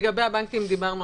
לגבי הבנקים דיברנו.